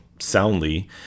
soundly